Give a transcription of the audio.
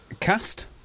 Cast